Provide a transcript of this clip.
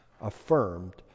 affirmed